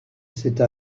cette